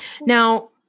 Now